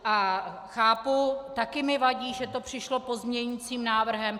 A chápu, taky mi vadí, že to přišlo pozměňujícím návrhem.